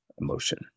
emotion